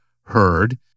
heard